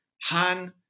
Han